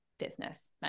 business